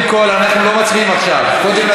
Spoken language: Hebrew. אבל כבר